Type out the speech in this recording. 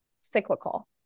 cyclical